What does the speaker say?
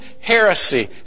heresy